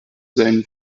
seinen